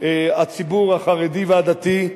הציבור החרדי והדתי,